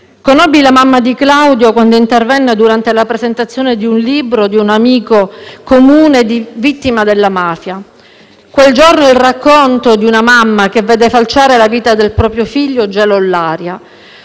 Conobbi la mamma di Claudio quando intervenne durante la presentazione di un libro di un amico comune vittima della mafia. Quel giorno il racconto di una mamma che vede falciare la vita del proprio figlio gelò l'aria.